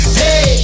hey